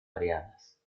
variadas